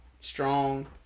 strong